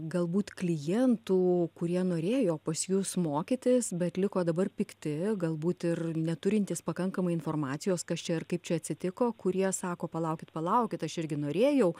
galbūt klientų kurie norėjo pas jus mokytis bet liko dabar pikti galbūt ir neturintys pakankamai informacijos kas čia ir kaip čia atsitiko kurie sako palaukit palaukit aš irgi norėjau